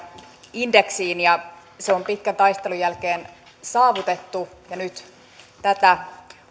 indeksiin ja se on pitkän taistelun jälkeen saavutettu nyt tätä